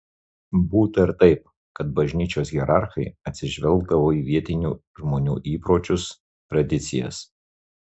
būta ir taip kad bažnyčios hierarchai atsižvelgdavo į vietinių žmonių įpročius tradicijas